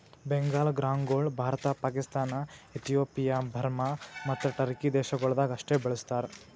ಬೆಂಗಾಲ್ ಗ್ರಾಂಗೊಳ್ Bharata, Pakistan, Ethiopia, Burma ಮತ್ತ Turkey ದೇಶಗೊಳ್ದಾಗ್ ಅಷ್ಟೆ ಬೆಳುಸ್ತಾರ್